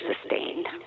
sustained